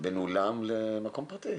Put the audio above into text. בין אולם למקום פרטי.